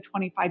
25